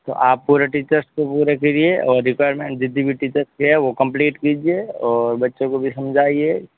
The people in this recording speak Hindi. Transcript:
तो आप पूरे टीचर्स को पूरे करिए और रेकुईरमेंट गतिविधि तक ही है वो कम्प्लीट कीजिए और बच्चों को भी समझाइए